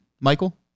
Michael